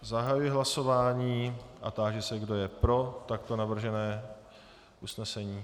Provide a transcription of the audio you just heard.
Zahajuji hlasování a táži se, kdo je pro takto navržené usnesení.